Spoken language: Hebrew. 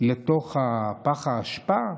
לתוך פח האשפה?